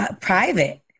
private